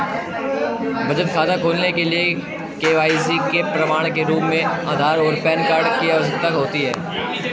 बचत खाता खोलने के लिए के.वाई.सी के प्रमाण के रूप में आधार और पैन कार्ड की आवश्यकता होती है